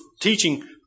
teaching